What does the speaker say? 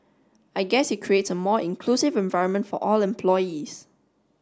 I guess it creates a more inclusive environment for all employees